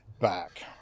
back